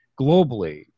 globally